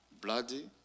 Bloody